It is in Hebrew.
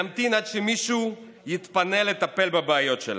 להמתין עד שמישהו יתפנה לטפל בבעיות שלהם.